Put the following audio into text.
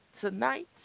Tonight